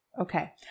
Okay